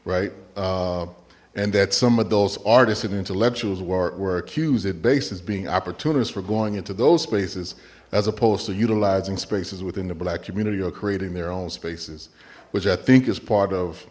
right and that some of those artists and intellectuals were accused at basis being opportunist for going at those spaces as opposed to utilizing spaces within the black community are creating their own spaces which i think is part of